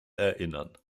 erinnern